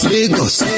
Lagos